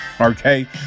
Okay